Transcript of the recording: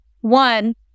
one